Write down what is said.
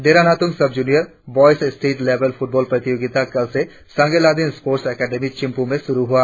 देरा Natung sub junior boys state लेबल football प्रतियोगिता कल से सांगे लादेन स्पोर्ट्स अकादमी चिंपू में शुरु हुआ